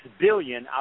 billion